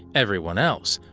everyone else,